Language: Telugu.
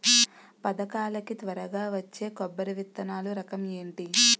పథకాల కి త్వరగా వచ్చే కొబ్బరి విత్తనాలు రకం ఏంటి?